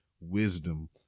wisdom